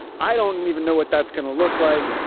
i don't and even know what that's going to look like,